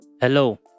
hello